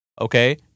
Okay